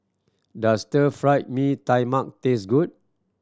does Stir Fry Mee Tai Mak taste good